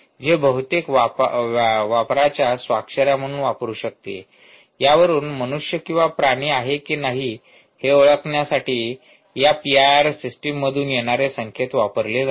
जे बहुतेक वापराच्या स्वाक्षर्या म्हणून वापरु शकते यावरून मनुष्य किंवा प्राणी आहे की नाही हे ओळखण्यासाठी या पीआयआर सिस्टममधून येणारे संकेत वापरले जातात